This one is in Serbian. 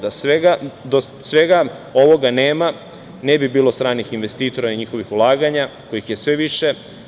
Da svega ovoga nema, ne bi bilo stranih investitora i njihovih ulaganja, kojih je sve više.